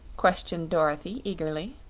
questioned dorothy, eagerly.